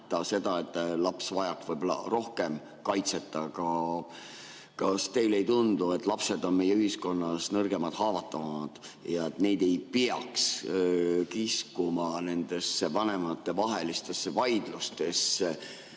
seda, et laps vajab rohkem kaitset. Aga kas teile ei tundu, et lapsed on meie ühiskonnas nõrgemad, haavatavamad ja neid ei peaks kiskuma nendesse vanematevahelistesse vaidlustesse?